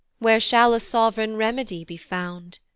where shall a sov'reign remedy be found?